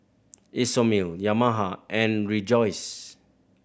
Isomil Yamaha and Rejoice